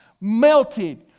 melted